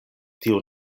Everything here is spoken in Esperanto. tio